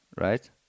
right